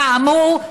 כאמור,